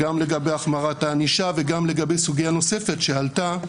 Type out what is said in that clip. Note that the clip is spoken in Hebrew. גם לגבי החמרת הענישה וגם לגבי סוגיה נוספת שעלתה,